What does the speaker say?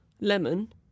lemon